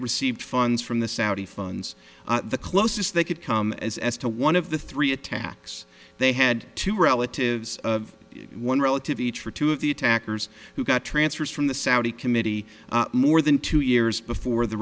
received funds from the saudi phones the closest they could come as to one of the three attacks they had two relatives one relative each for two of the attackers who got transfers from the saudi committee more than two years before the